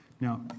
Now